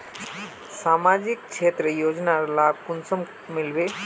सामाजिक क्षेत्र योजनार लाभ कुंसम मिलबे?